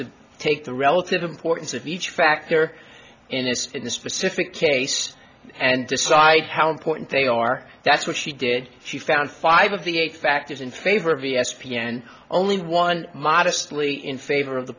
to take the relative importance of each factor in this in the specific case and decide how important they are that's what she did she found five of the eight factors in favor of e s p n only one modestly in favor of the